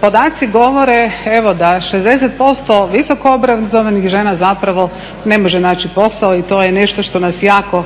podaci govore da 60% visokoobrazovanih žena ne može naći posao i to je nešto što nas jako